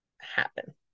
happen